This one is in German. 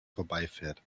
vorbeifährt